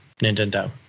Nintendo